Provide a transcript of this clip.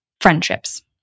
friendships